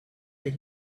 that